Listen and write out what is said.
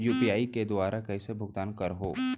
UPI के दुवारा कइसे भुगतान करहों?